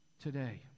today